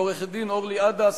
לעורכת-דין אורלי עדס,